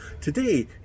Today